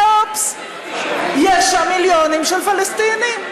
אלא, אופס, יש שם מיליונים של פלסטינים.